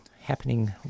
happening